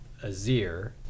Azir